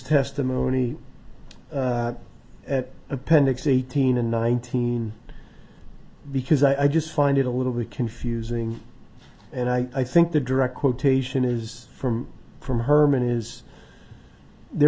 testimony appendix eighteen and nineteen because i just find it a little bit confusing and i think the direct quotation is from from herman is there